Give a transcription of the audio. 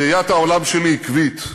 ראיית העולם שלי עקבית,